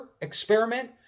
experiment